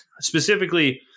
Specifically